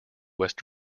west